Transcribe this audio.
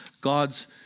God's